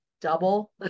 double